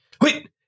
Wait